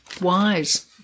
Wise